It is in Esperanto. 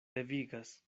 devigas